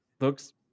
looks